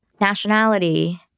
nationality